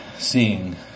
Seeing